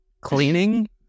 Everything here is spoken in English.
cleaning